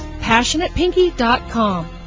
passionatepinky.com